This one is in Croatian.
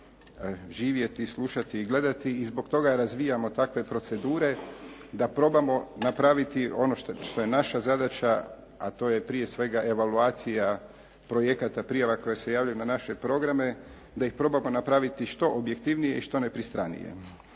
živjeti, slušati i gledati i zbog toga razvijamo takve procedure da probamo napraviti ono što je naša zadaća, a to je prije svega evaluacija projekata, prijava koje se javljaju na naše programe, da ih probamo napraviti što objektivnije i što nepristranije.